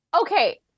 okay